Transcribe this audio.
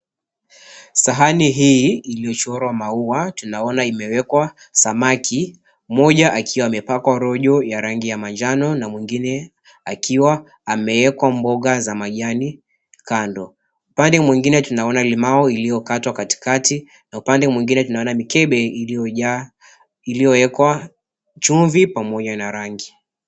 Sahani hii iliyochorwa maua tunaona imewekwa samaki moja akiwa amepakwa rojo ya rangi ya manjano na mwingine akiwa ameekwa mboga za majani kando, bali mwingine tunaona limau iliyokatwa katikati na upande mwingine tunaona mikebe iliyojaa iliyowekwa chumvi pamoja na rangi.